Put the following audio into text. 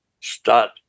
start